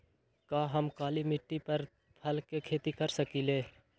का हम काली मिट्टी पर फल के खेती कर सकिले?